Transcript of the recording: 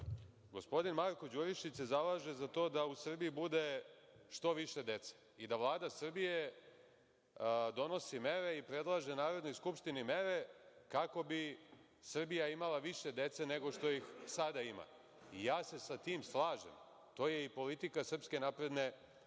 gospodin Marko Đurišić se zalaže za to da u Srbiji bude što više dece i da Vlada Srbije donosi mere i predlaže Narodnoj skupštini mere kako bi Srbija imala više dece nego što ih sada ima. Ja se sa tim slažem, to je i politika SNS. Ali,